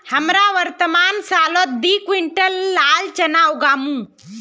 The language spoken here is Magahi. हमरा वर्तमान सालत दी क्विंटल लाल चना उगामु